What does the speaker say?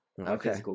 okay